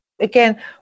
again